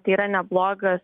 tai yra neblogas